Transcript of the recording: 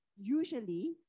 usually